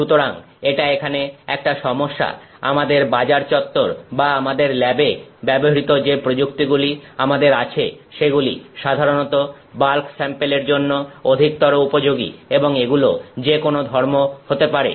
সুতরাং এটা এখানে একটা সমস্যা আমাদের বাজারচত্বর বা আমাদের ল্যাব এ ব্যবহৃত যে প্রযুক্তিগুলি আমাদের আছে সেগুলি সাধারণত বাল্ক স্যাম্পেলের জন্য অধিকতর উপযোগী এবং এগুলো যেকোন ধর্ম হতে পারে